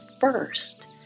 first